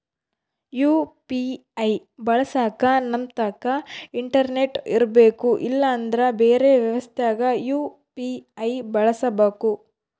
UPI ಬಳಸಕ ನಮ್ತಕ internet ಇರರ್ಬೆಕು ಇಲ್ಲಂದ್ರ ಬೆರೆ ವ್ಯವಸ್ಥೆಗ ಯು.ಪಿ.ಐ ಬಳಸಬಕು